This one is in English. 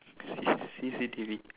C C_C_T_V